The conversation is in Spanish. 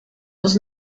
dos